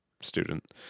student